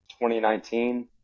2019